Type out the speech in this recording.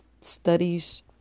studies